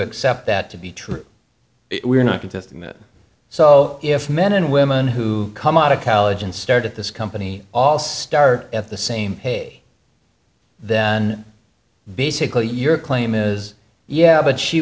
accept that to be true we're not protesting that so if men and women who come out of college and start at this company all start at the same pay then basically your claim is yeah but she